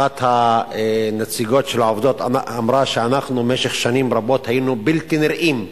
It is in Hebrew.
אחת מנציגות העובדות אמרה: במשך שנים רבות היינו בלתי נראים,